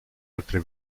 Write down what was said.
altre